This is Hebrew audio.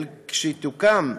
כשתוקם,